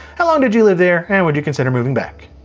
how long did you live there, and would you consider moving back?